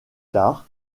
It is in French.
tard